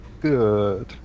good